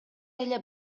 эле